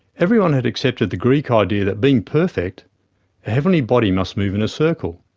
everyone had accepted the greek idea that being perfect, a heavenly body must move in a circle.